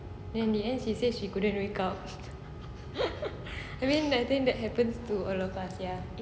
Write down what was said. then in the end she said she couldn't wake up I mean that thing happens to a lot of us sia